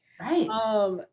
Right